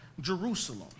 Jerusalem